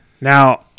Now